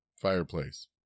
fireplace